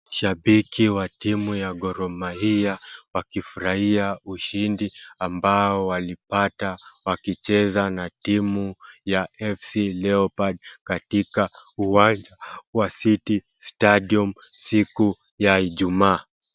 Mashabiki wa timu ya Gor Mahia wakifurahia ushindi ambao walipata wakicheza na timu ya FC Leopard katika uwanja wa City Stadium siku ya Ijumaa.